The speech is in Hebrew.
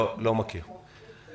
אנחנו לא מכירים את זה.